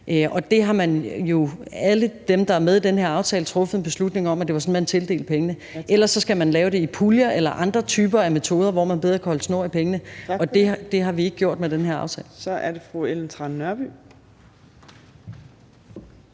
økonomi. Alle, der er med i den her aftale, har jo truffet en beslutning om, at det er sådan, man tildeler pengene. Ellers skal man lave det i puljer eller bruge andre typer af metoder, hvor man bedre kan holde snor i pengene, men det har vi ikke gjort med den her aftale. Kl. 15:23 Fjerde